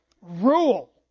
rule